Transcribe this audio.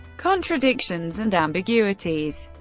contradictions and ambiguities